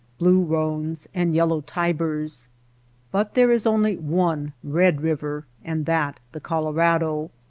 blue ehones, and yellow tibers but there is only one red river and that the colorado.